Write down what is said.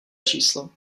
číslo